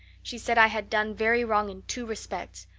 she said i had done very wrong in two respects.